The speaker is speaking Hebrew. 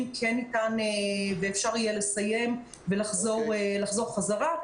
ניתן ואפשר יהיה לסיים ולחזור חזרה.